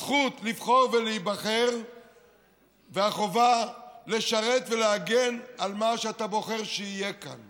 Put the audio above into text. הזכות לבחור ולהיבחר והחובה לשרת ולהגן על מה שאתה בוחר שיהיה כאן.